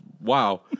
Wow